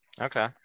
Okay